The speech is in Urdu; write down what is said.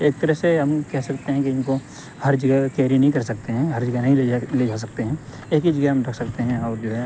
ایک طرح سے ہم کہہ سکتے ہیں کہ ان کو ہر جگہ کیری نہیں کر سکتے ہیں ہر جگہ نہیں لے لے جا سکتے ہیں ایک ہی جگہ ہم رکھ سکتے ہیں اور جو ہے